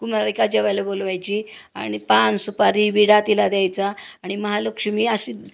कुमारीका जेवायला बोलवायची आणि पान सुपारी विडा तिला द्यायचा आणि महालक्ष्मी अशी